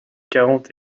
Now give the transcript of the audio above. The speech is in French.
quarante